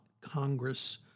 Congress